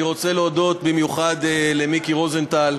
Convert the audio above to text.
אני רוצה להודות במיוחד למיקי רוזנטל.